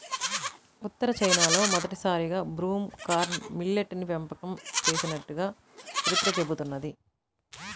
ఉత్తర చైనాలో మొదటిసారిగా broom corn millet ని పెంపకం చేసినట్లు చరిత్ర చెబుతున్నది